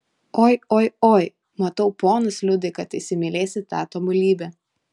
oi oi oi matau ponas liudai kad įsimylėsi tą tobulybę